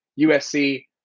USC